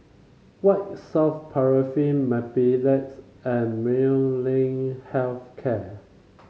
White Soft Paraffin Mepilex and Molnylcke Health Care